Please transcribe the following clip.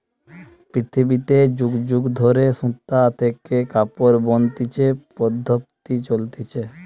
পৃথিবীতে যুগ যুগ ধরে সুতা থেকে কাপড় বনতিছে পদ্ধপ্তি চলতিছে